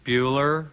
Bueller